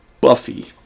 Buffy